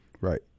Right